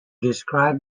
describe